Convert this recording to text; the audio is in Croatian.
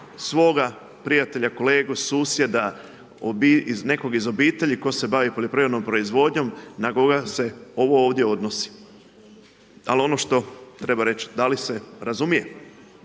svoga prijatelja, kolegu, susjeda, nekog iz obitelji tko se bavi poljoprivrednom proizvodnjom na koga se ovo ovdje odnosi. Ali ono što treba reći da li se razumije,